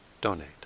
donate